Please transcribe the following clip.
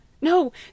No